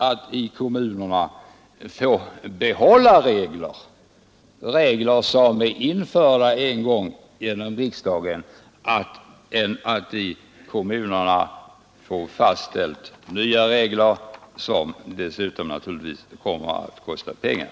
ilva får fördela de statsbidrag som utgår till tställts av riksdagen än att i kommunerna få införda nya regler